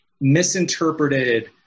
misinterpreted